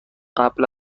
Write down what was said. قبل